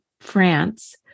France